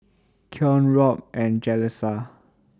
Keon Robb and Jaleesa